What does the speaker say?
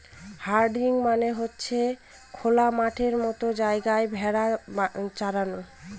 herding মানে হচ্ছে খোলা মাঠের মতো জায়গায় ভেড়া চরানো